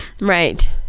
Right